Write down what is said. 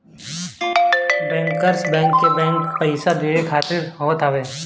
bankers bank, bank के पईसा देवे खातिर होत हवे